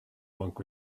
monk